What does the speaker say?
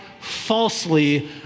falsely